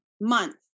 MONTH